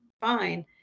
fine